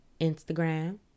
Instagram